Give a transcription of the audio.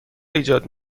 ایجاد